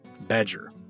Badger